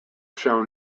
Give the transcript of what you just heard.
shown